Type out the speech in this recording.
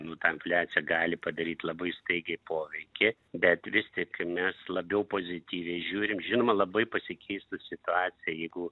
nu ta infliacija gali padaryt labai staigiai poveikį bet vis tik mes labiau pozityviai žiūrim žinoma labai pasikeistų situacija jeigu